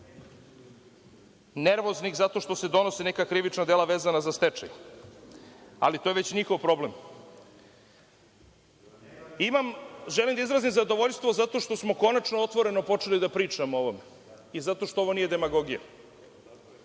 nervoznih zato što se donose neka krivična dela vezana za stečaj, ali to je već njihov problem. Želim da izrazim zadovoljstvo zato što smo konačno otvoreno počeli da pričamo o ovome i zato što ovo nije demagogija.